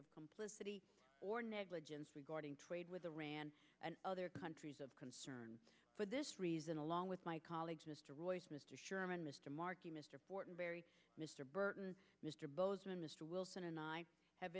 of complicity or negligence regarding trade with the rand other countries of concern for this reason along with my colleague mr royce mr sherman mr markey mr fortenberry mr burton mr bozeman mr wilson and i have